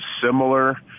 similar